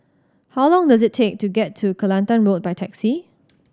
how long does it take to get to Kelantan Road by taxi